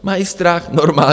Mají strach normálně.